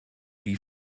die